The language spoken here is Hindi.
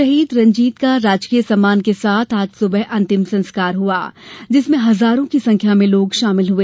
शहीद रंजीत का राजकीय सम्मान से आज सुबह अंतिम संस्कार हुआ जिसमें हजारों की संख्या में लोग शामिल हए